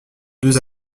deux